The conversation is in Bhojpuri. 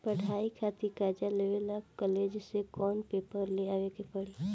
पढ़ाई खातिर कर्जा लेवे ला कॉलेज से कौन पेपर ले आवे के पड़ी?